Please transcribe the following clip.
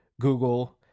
Google